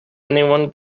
anyone